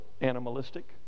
animalistic